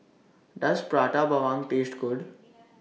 Does Prata Bawang Taste Good